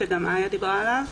שגם איה דיברה עליו.